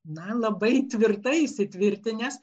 na labai tvirtai įsitvirtinęs